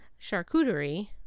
charcuterie